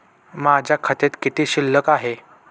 माझ्या खात्यात किती शिल्लक आहे?